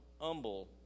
humble